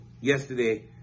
yesterday